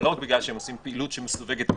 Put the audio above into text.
אבל לא רק בגלל שהם עושים פעילות שמסווגת ביטחונית,